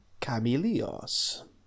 Camilleos